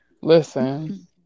Listen